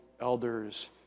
elders